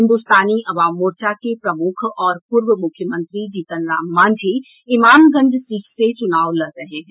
हिंदुस्तानी अवाम मोर्चा के प्रमुख और पूर्व मुख्यमंत्री जीतन राम मांझी इमामगंज सीट से चुनाव लड रहे हैं